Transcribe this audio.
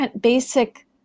basic